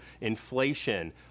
Inflation